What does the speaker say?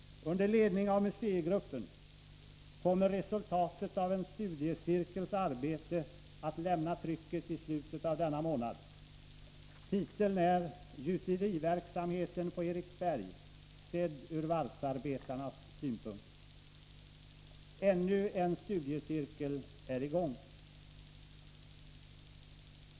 Under ledning av museigruppen kommer resultatet av en studiecirkels arbete att lämna trycket i slutet av denna månad. Titeln är ”Gjuteriverksamheten på Eriksberg — sedd ur varvsarbetarnas synpunkt”. Ännu en studiecirkel är i gång.